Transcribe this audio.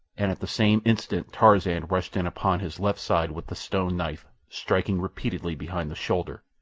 and at the same instant tarzan rushed in upon his left side with the stone knife, striking repeatedly behind the shoulder.